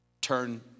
turn